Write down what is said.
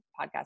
podcast